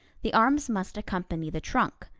the arms must accompany the trunk,